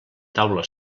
taula